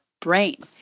brain